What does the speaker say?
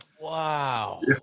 wow